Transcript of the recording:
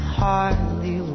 hardly